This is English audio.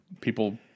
People